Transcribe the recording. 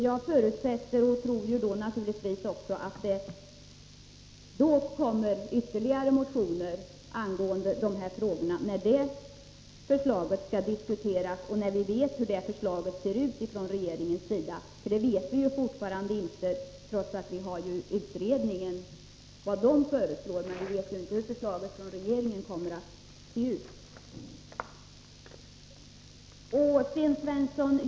Jag förutsätter att ytterligare motioner kommer att väckas i frågan när regeringens förslag föreligger och vi vet hur det ser ut — det vet vi ännu inte, även om vi känner till vad utredningen föreslår. Sten Svensson!